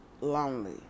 lonely